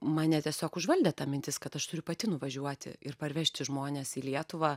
mane tiesiog užvaldė ta mintis kad aš turiu pati nuvažiuoti ir parvežti žmones į lietuvą